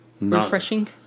refreshing